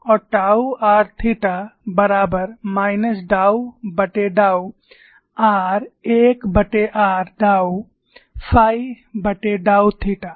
और tau r theta बराबर minus डाऊडाऊ r 1r डाऊ फाई डाऊ थीटा